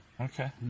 Okay